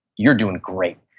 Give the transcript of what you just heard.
you're doing great.